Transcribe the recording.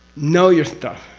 know your stuff,